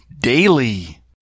daily